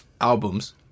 albums